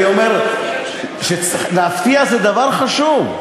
אני אומר שלהפתיע זה דבר חשוב.